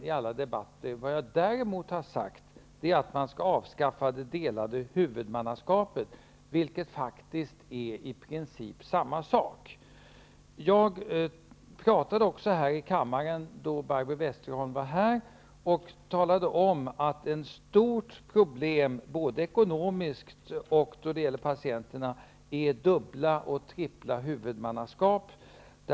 Däremot har jag sagt att man skall avskaffa det delade huvudmannaskapet, vilket i princip är samma sak. Då Barbro Westerholm var närvarnde sade jag också i kammaren att ett stort problem -- ekonomiskt och för patienterna -- är dubbla och tredelade huvudmannaskap.